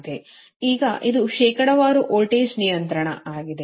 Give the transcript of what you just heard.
ಈಗ ಇದು ಶೇಕಡಾವಾರು ವೋಲ್ಟೇಜ್ ನಿಯಂತ್ರಣ ಆಗಿದೆ